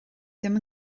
ddim